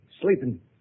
Sleeping